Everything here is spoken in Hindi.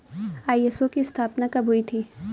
आई.एस.ओ की स्थापना कब हुई थी?